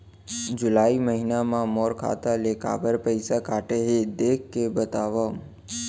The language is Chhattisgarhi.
जुलाई महीना मा मोर खाता ले काबर पइसा कटे हे, देख के बतावव?